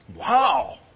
wow